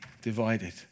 divided